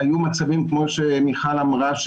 היו מצבים כמו שמיכל אמרה,